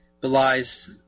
belies